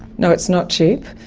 no, it's not cheap,